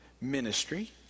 ministry